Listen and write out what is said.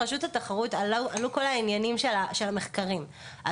לגבי המחקרים,